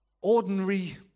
ordinary